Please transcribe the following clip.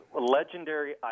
legendary